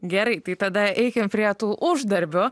gerai tai tada eikim prie tų uždarbių